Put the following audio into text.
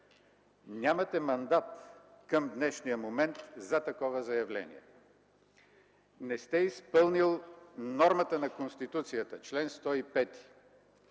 Нямате мандат към днешния момент за такова заявление. Не сте изпълнил нормата на Конституцията – чл. 105,